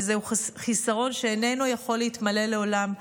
וזהו חיסרון שאיננו יכול להתמלא לעולם,